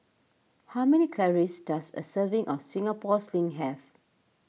how many calories does a serving of Singapore Sling have